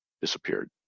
disappeared